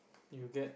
you get